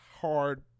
hard